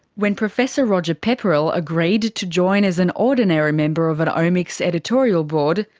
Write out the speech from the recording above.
when professor roger pepperell agreed to join as an ordinary member of an omics editorial board,